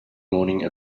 morning